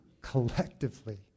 collectively